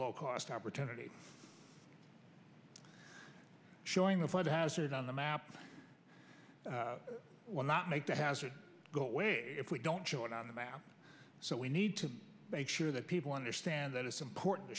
low cost opportunity showing the flood hazard on the map will not make the hazard go away if we don't show it on the map so we need to make sure that people understand that it's important to